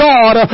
God